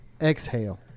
Exhale